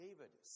David